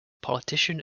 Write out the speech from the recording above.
politician